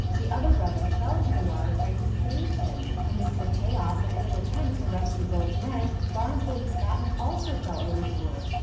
the other brother fell into the water trying to save him. amidst the chaos and in an attempt to rescue both men, barnes believes batten also fell overboard.